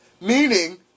Meaning